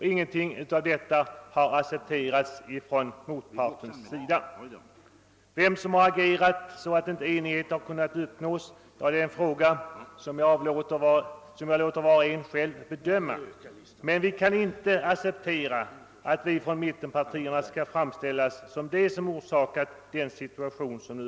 Ingenting av detta har accepterats av motparten. Vem som sålunda har agerat så att enighet icke kunnat uppnås är en fråga som jag överlåter till var och en att själv bedöma. Vi kan för vår del inte acceptera att saken framställs som om mittenpartierna skulle ha orsakat situationen.